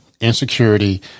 Insecurity